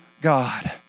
God